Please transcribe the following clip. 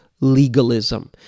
Legalism